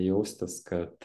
jaustis kad